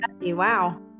Wow